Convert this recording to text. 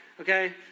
okay